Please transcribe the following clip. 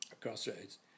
crossroads